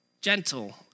Gentle